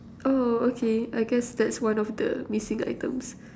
oh okay I guess that's one of the missing items